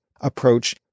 approach